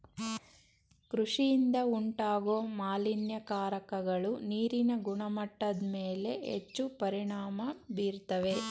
ಕೃಷಿಯಿಂದ ಉಂಟಾಗೋ ಮಾಲಿನ್ಯಕಾರಕಗಳು ನೀರಿನ ಗುಣಮಟ್ಟದ್ಮೇಲೆ ಹೆಚ್ಚು ಪರಿಣಾಮ ಬೀರ್ತವೆ